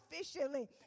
officially